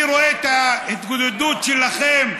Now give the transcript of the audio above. אני רואה את ההתגודדות שלכם,